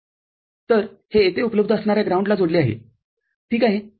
तरहे येथे उपलब्ध असणाऱ्या ग्राउंडलाजोडले आहे ठीक आहे